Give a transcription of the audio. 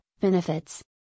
Benefits